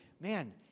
man